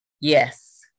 yes